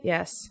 Yes